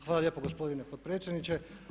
Hvala lijepo gospodine potpredsjedniče.